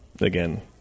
again